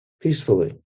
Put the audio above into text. peacefully